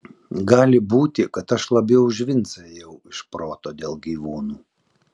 gali būti kad aš labiau už vincą ėjau iš proto dėl gyvūnų